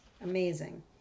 amazing